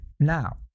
Now